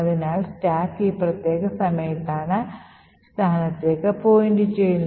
അതിനാൽ സ്റ്റാക്ക് ഈ പ്രത്യേക സമയത്താണ് ഈ സ്ഥാനത്തേക്ക് പോയിന്റുചെയ്യുന്നത്